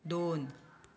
दोन